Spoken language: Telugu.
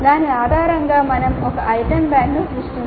దాని ఆధారంగా మేము ఒక ఐటెమ్ బ్యాంక్ను సృష్టించవచ్చు